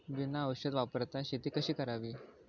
बिना औषध वापरता शेती कशी करावी?